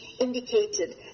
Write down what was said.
indicated